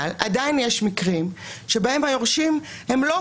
אבל עדיין יש מקרים שבהם לא כל היורשים בתמונה